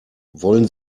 wollen